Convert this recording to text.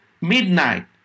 midnight